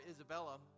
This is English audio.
Isabella